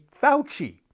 Fauci